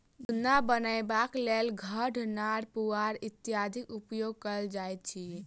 जुन्ना बनयबाक लेल खढ़, नार, पुआर इत्यादिक उपयोग कयल जाइत अछि